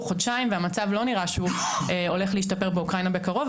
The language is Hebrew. חודשיים ולא נראה שהמצב באוקראינה עומד להשתפר בקרוב.